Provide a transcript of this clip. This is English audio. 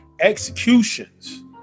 executions